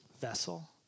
vessel